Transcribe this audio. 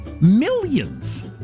Millions